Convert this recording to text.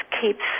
keeps